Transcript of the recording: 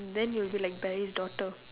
then you'll be like Barry's daughter